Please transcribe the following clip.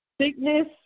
sickness